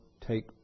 take